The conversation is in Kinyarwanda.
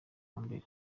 mbere